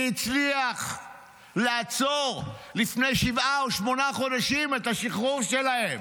הצליח לעצור לפני שבעה או שמונה חודשים את השחרור שלהם,